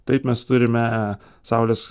taip mes turime saulės